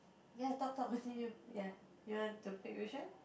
ya talk talk between you ya you want to pick which one